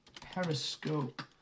Periscope